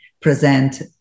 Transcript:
present